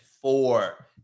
four